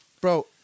Bro